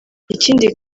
ikindi